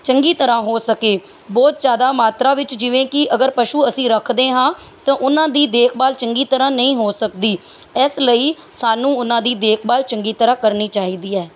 ਚੰਗੀ ਤਰ੍ਹਾਂ ਹੋ ਸਕੇ ਬਹੁਤ ਜ਼ਿਆਦਾ ਮਾਤਰਾ ਵਿੱਚ ਜਿਵੇਂ ਕਿ ਅਗਰ ਪਸ਼ੂ ਅਸੀਂ ਰੱਖਦੇ ਹਾਂ ਤਾਂ ਉਹਨਾਂ ਦੀ ਦੇਖ ਭਾਲ ਚੰਗੀ ਤਰ੍ਹਾਂ ਨਹੀਂ ਹੋ ਸਕਦੀ ਇਸ ਲਈ ਸਾਨੂੰ ਉਹਨਾਂ ਦੀ ਦੇਖ ਭਾਲ ਚੰਗੀ ਤਰ੍ਹਾਂ ਕਰਨੀ ਚਾਹੀਦੀ ਹੈ